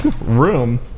room